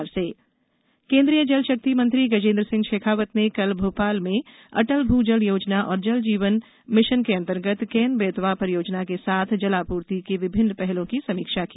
केन Betwa link केन्द्रीय जलशक्ति मंत्री गजेन्द्र सिंह शेखावत ने कल भोपाल में अटल भू जल योजना और जल जीवन मिशन के अंतर्गत केन बेतवा परियोजना के साथ जलापूर्ति की विभिन्न पहलों की समीक्षा की